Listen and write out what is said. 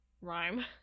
rhyme